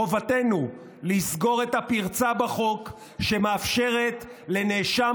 חובתנו לסגור את הפרצה בחוק שמאפשרת לנאשם